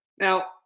now